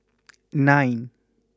nine